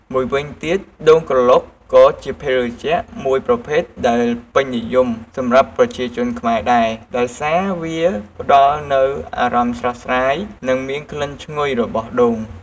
មួយវិញទៀត ដូងក្រឡុកក៏ជាភេសជ្ជៈមួយប្រភេទដែលពេញនិយមសម្រាប់ប្រជាជនខ្មែរដែរ ដោយសារវាផ្តល់នូវអារម្មណ៍ស្រស់ស្រាយ និងមានក្លិនឈ្ងុយរបស់ដូង។